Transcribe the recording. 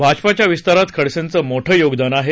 भाजपाच्या विस्तारात खडसेंचे मोठे योगदान आहे